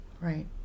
right